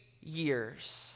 years